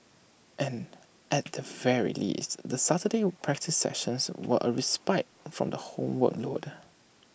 and at the very least the Saturday practice sessions were A respite from the homework load